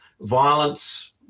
Violence